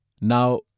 Now